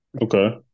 Okay